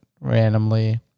randomly